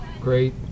Great